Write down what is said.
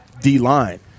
D-line